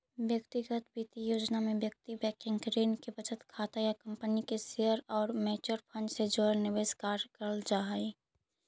व्यक्तिगत वित्तीय योजना में व्यक्ति बैंकिंग, ऋण, बचत खाता या कंपनी के शेयर आउ म्यूचुअल फंड से जुड़ल निवेश कार्य करऽ हइ